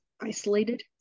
isolated